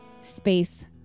Space